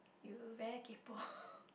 you very kaypo